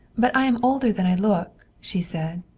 but i am older than i look, she said.